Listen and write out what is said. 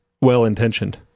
well-intentioned